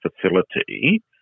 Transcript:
facility